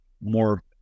more